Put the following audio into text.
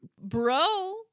Bro